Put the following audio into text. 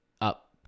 up